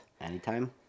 Anytime